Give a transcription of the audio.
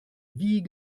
wie